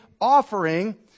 offering